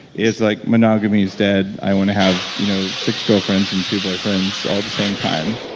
is like monogamy is dead. i want to have you know six girlfriends and two boyfriends all the same time.